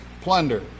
plunder